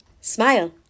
smile